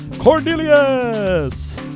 Cornelius